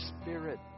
Spirit